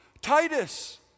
Titus